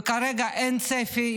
וכרגע אין צפי,